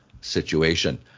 situation